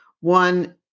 One